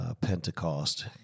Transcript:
Pentecost